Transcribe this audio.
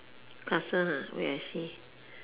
castle ah wait I see ah